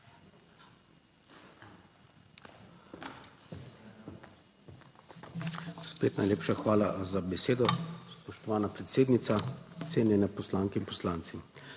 MZ): Najlepša hvala za besedo, spoštovana predsednica. Cenjene poslanke in poslanci!